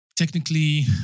Technically